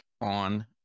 on